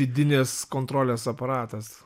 vidinės kontrolės aparatas